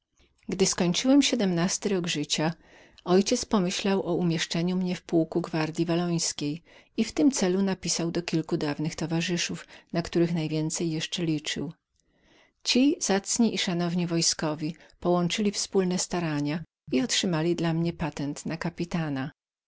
gdy skończyłem siedmnasty rok życia ojciec pomyślił o umieszczeniu mnie w pułku gwardyi wallońskiej i w tym celu napisał do kilku dawnych towarzyszów na których najwięcej jeszcze liczył ci zacni i szanowni wojskowi połączyli wspólne starania i otrzymali dla mnie patent na kapitana